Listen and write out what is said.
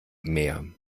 mehr